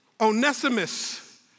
Onesimus